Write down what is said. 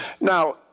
Now